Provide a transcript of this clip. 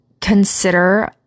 consider